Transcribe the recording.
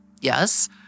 Yes